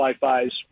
Wi-Fis